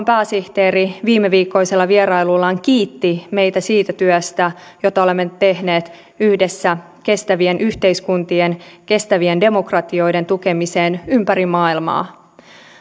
pääsihteeri viimeviikkoisella vierailullaan kiitti meitä siitä työstä jota olemme tehneet yhdessä kestävien yhteiskuntien kestävien demokratioiden tukemiseksi ympäri maailmaa